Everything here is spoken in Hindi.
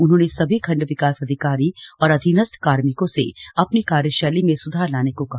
उन्होंने सभी खण्ड विकास अधिकारी और अधीनस्थ कार्मिकों से अपनी कार्यशैली में स्धार लाने को कहा